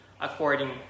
according